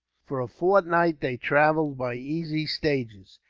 for a fortnight they travelled, by easy stages,